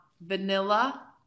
vanilla